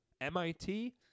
MIT